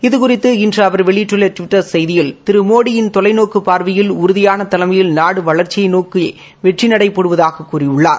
இது குறித்து இன்று அவர் வெளியிட்டுள்ள டுவிட்டர் செய்தியில் திரு மோடியின் தொலைநோக்கு பார்வையில் உறுதியான தலைமையில் நாடு வளர்ச்சியை நோக்கு வெற்றிநடை போடுவதாக கூறியுள்ளார்